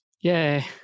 yay